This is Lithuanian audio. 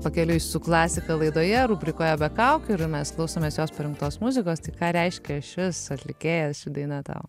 pakeliui su klasika laidoje rubrikoje be kaukių ir mes klausomės jos parinktos muzikos tai ką reiškia šis atlikėjas ši daina tau